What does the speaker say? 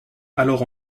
alors